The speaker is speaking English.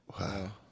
Wow